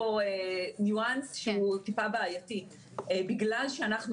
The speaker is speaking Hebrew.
יש פה ניואנס שהוא טיפה בעייתי בגלל שאנחנו